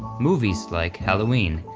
movies like halloween,